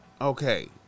Okay